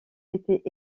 était